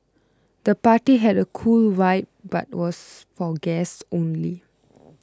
the party had a cool vibe but was for guests only